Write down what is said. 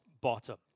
bottom